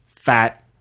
fat